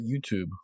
YouTube